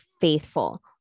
faithful